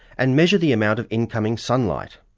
and measure the amount of incoming sunlight.